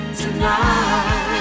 tonight